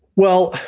well,